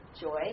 joy